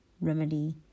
remedy